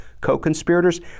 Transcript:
co-conspirators